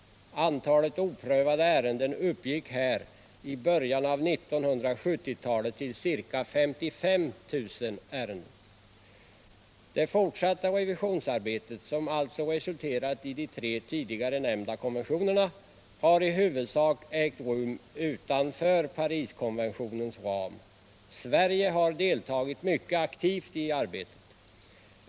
Antalet oprövade ärenden uppgick här i början av 1970-talet till ca 55 000. Det fortsatta revisionsarbetet, som alltså resulterat i de tre tidigare nämnda konventionerna, har i huvudsak ägt rum utanför Pariskonventionens ram. Sverige har deltagit mycket aktivt i arbetet.